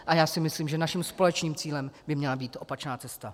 A já si myslím, že naším společným cílem by měla být opačná cesta.